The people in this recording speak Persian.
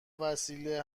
وسیله